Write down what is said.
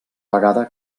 vegada